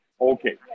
Okay